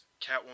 Catwoman